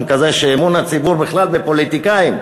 כזה שאמון הציבור בכלל בפוליטיקאים,